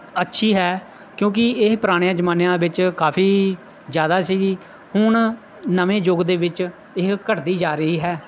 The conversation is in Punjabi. ਅੱਛੀ ਹੈ ਕਿਉਂਕਿ ਇਹ ਪੁਰਾਣੇ ਜ਼ਮਾਨਿਆਂ ਵਿੱਚ ਕਾਫੀ ਜ਼ਿਆਦਾ ਸੀਗੀ ਹੁਣ ਨਵੇਂ ਯੁਗ ਦੇ ਵਿੱਚ ਇਹ ਘਟਦੀ ਜਾ ਰਹੀ ਹੈ